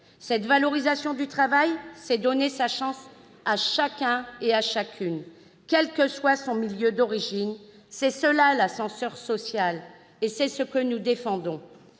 Cette valorisation du travail permet de donner sa chance à chacun et chacune, quel que soit son milieu d'origine ; c'est cela, l'ascenseur social, et c'est ce que nous défendons